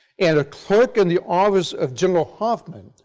and a clerk in the office of general hoffman,